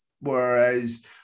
whereas